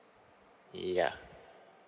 yeah